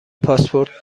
پاسپورت